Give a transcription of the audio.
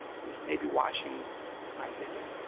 who's maybe watching on video,